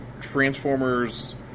Transformers